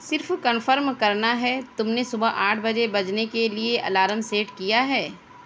صرف کنفرم کرنا ہے تم نے صُبح آٹھ بجے بجنے کے لیے الارم سیٹ کیا ہے